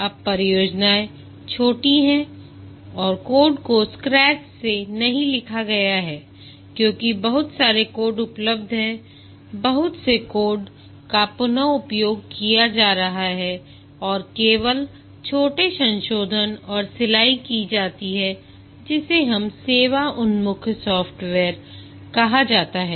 अब परियोजनाएं छोटी हैं और कोड को स्क्रैच से नहीं लिखा गया है क्योंकि बहुत सारे कोड उपलब्ध हैं बहुत से कोड का पुन उपयोग किया जा रहा है और केवल छोटे संशोधन और सिलाई की जाती है जिसे हम सेवा उन्मुख सॉफ्टवेयर कहा जाता है